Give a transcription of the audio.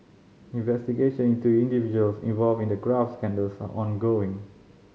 investigation into individuals involved in the graft scandals are ongoing